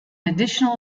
additional